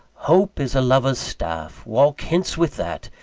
hope is a lover's staff walk hence with that,